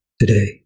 today